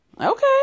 okay